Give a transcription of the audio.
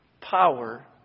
power